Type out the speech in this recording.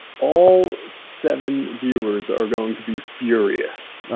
all seven viewers are going to be furious.